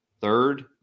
third